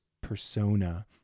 persona